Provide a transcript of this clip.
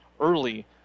early